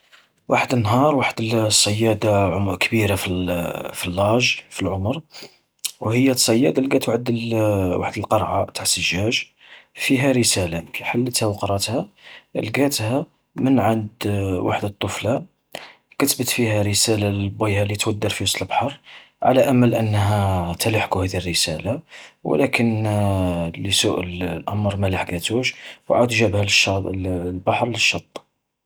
وحد النهار وحد الصيادة عم-كبيرة في في اللاج في العمر، و هي تصيد لقات وحد وحد القرعة تاع سجاج فيها رسالة، كي حلتها و قراتها، لقاتها من عد وحد الطفلة. كتبت فيها رسالة لبويها اللي يتودر في وسط البحر، على أمل أنها تلحقو هذه الرسالة، ولكن لسوء الأمر ما لحقاتوش وعاد جابها الش البحر للشط.